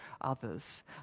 others